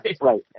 right